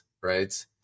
right